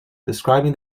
describing